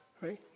Right